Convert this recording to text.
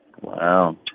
Wow